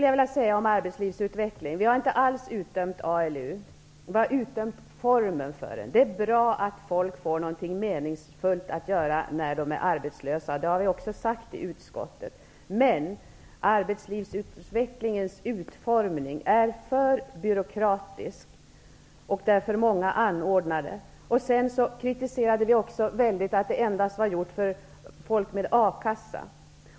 Vi har inte alls utdömt arbetslivsutvecklingen. Vi har utdömt formen för den. Det är bra att människor får något meningsfullt att göra när de är arbetslösa. Det har vi också sagt i utskottet. Men arbetslivsutvecklingens utformning är för byråkratisk, och det finns för många anordnare. Sedan kritiserade vi också att den endast var gjord för människor med A-kassa.